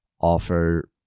offer